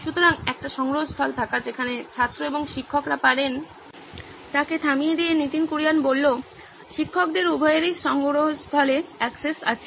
সুতরাং একটি সংগ্রহস্থল থাকা যেখানে ছাত্র এবং শিক্ষকরা পারেন নীতিন কুরিয়ান শিক্ষকদের উভয়েরই সংগ্রহস্থলে অ্যাক্সেস আছে